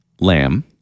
Lamb